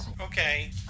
okay